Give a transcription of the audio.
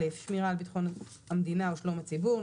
שמירה על ביטחון המדינה או שלום הציבור,